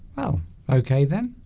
oh okay then